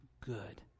good